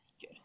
Good